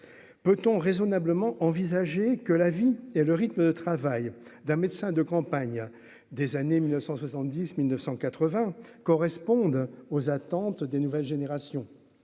peut-on raisonnablement envisager que la vie et le rythme de travail d'un médecin de campagne des années 1970 1980 correspondent aux attentes des nouvelles générations,